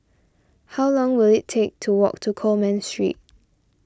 how long will it take to walk to Coleman Street